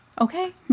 okay